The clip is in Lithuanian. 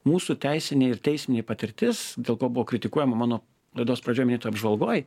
mūsų teisinė ir teisminė patirtis dėl ko buvo kritikuojama mano laidos pradžioj minėtoj apžvalgoj